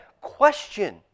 question